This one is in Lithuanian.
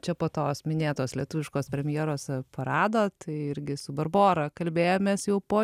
čia po tos minėtos lietuviškos premjeros parado tai irgi su barbora kalbėjomės jau po